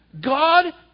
God